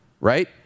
right